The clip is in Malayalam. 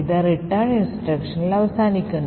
അത് റിട്ടേൺ ഇൻസ്ട്രക്ഷനിൽ അവസാനിക്കുന്നു